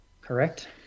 correct